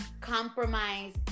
compromise